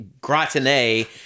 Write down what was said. gratiné